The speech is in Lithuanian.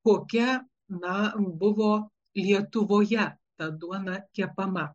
kokia na buvo lietuvoje ta duona kepama